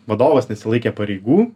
vadovas nesilaikė pareigų